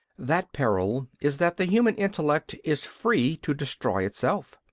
that peril is that the human intellect is free to destroy itself.